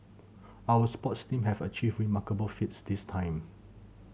our sports team have achieved remarkable feats this time